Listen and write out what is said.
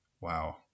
Wow